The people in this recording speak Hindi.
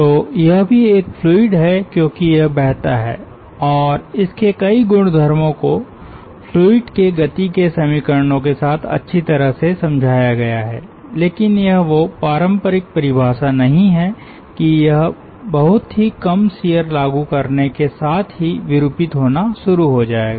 तो यह भी एक फ्लूइड है क्योंकि यह बहता है और इसके कई गुणधर्मों को फ्लूइड के गति के समीकरणों के साथ अच्छी तरह से समझाया गया है लेकिन यह वो पारम्परिक परिभाषा नहीं है की यह बहुत ही कम शियर लागू करने के साथ ही विरूपित होना शुरू हो जाएगा